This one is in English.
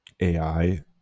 AI